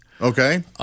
Okay